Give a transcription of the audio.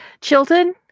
Chilton